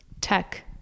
tech